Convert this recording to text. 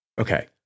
okay